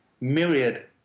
myriad